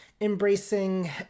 Embracing